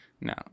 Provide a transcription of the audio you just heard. No